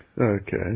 Okay